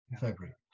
February